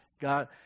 God